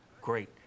Great